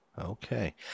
Okay